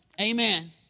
Amen